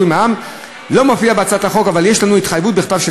לשיעור המע”מ הנגבה על ההיטל יועבר למשרד להגנת הסביבה,